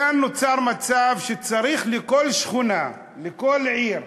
כאן נוצר מצב שצריך לכל שכונה, לכל עיר,